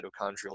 mitochondrial